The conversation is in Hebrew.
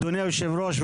אדוני היושב-ראש,